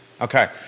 Okay